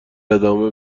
ادامه